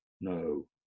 no